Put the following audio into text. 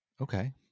Okay